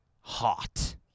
Hot